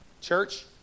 Church